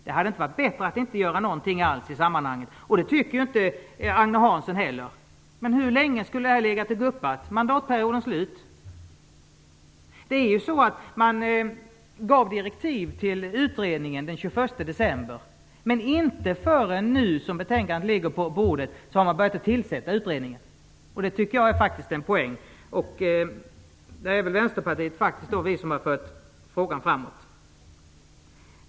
Det hade inte varit bättre att inte göra någonting alls i sammanhanget, och det tycker inte heller Agne Hansson. Men hur länge skulle det här ha legat och guppat? Till mandatperiodens slut? Man gav ju direktiv till utredningen den 21 december, men inte förrän nu när betänkandet ligger på bordet har man börjat tillsätta utredningen. Jag tycker faktiskt att det är en poäng i detta. Det är faktiskt vi i Vänsterpartiet som har fört frågan framåt.